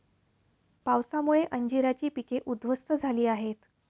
पावसामुळे अंजीराची पिके उध्वस्त झाली आहेत